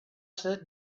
sit